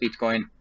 Bitcoin